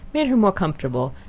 made her more comfortable,